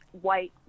white